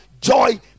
joy